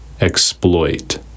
exploit